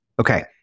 Okay